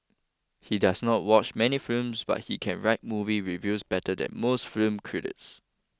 he does not watch many films but he can write movie reviews better than most film critics